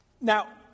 now